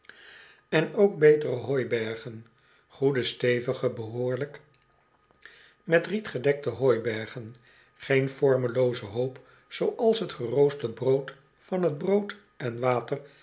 en ook betere hooibergen goede stevige behoorlijk met riet gedekte hooibergen geen vormlooze hoop zooals t geroosterd brood van t brood en water